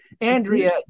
Andrea